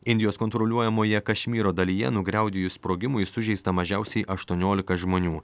indijos kontroliuojamoje kašmyro dalyje nugriaudėjus sprogimui sužeista mažiausiai aštuoniolika žmonių